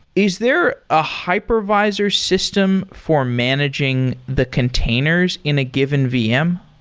is there a hypervisor system for managing the containers in a given vm?